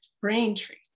Braintree